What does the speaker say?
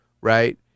right